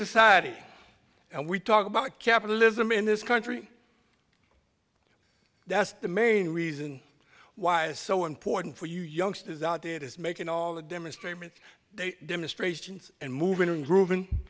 society and we talk about capitalism in this country that's the main reason why it is so important for you youngsters out there it is making all the demonstrators demonstrations and moving